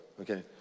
Okay